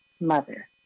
mother